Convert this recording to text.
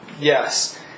yes